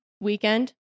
weekend